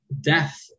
death